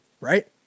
right